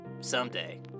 Someday